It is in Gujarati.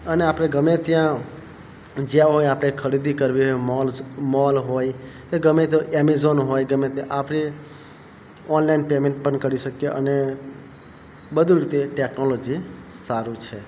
અને આપણે ગમે ત્યાં જ્યાં હોઈએ આપણે ખરીદી કરવી હોય મોલ્સ મોલ હોય કે તે એમેઝોન હોય ગમે તે આપણી ઓનલાઈન પેમેન્ટ પણ કરી શકીએ અને બધું રીતે ટેકનોલોજી સારું છે